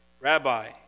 Rabbi